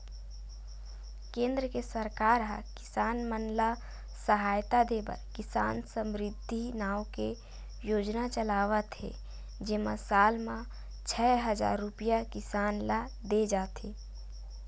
केंद्र के सरकार ह किसान मन ल सहायता देबर किसान समरिद्धि नाव के योजना चलावत हे जेमा साल म छै हजार रूपिया किसान ल दे जाथे